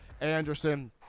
Anderson